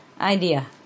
idea